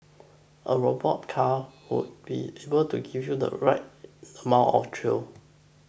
a robot car would be able to give you the right amount of thrill